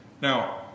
Now